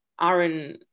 Aaron